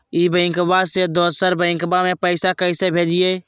ई बैंकबा से दोसर बैंकबा में पैसा कैसे भेजिए?